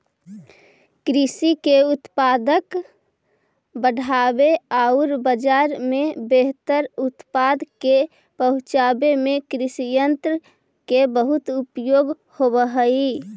कृषि के उत्पादक बढ़ावे औउर बाजार में बेहतर उत्पाद के पहुँचावे में कृषियन्त्र के बहुत उपयोग होवऽ हई